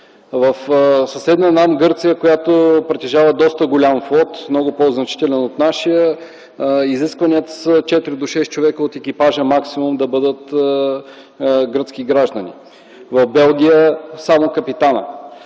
В съседна нам Гърция, която притежава доста голям флот, много по-значителен от нашия, изискванията са 4 до 6 човека от екипажа максимум да бъдат гръцки граждани, в Белгия – само капитанът.